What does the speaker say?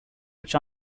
which